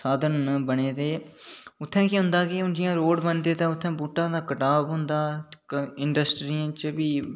साधन न बने दे उत्थै केह् होंदा कि जि'यां रोड़ बनदे ते उत्थै बूहटा होंदा कटाब होंदा ते इंडस्ट्रियें च बी